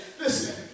listen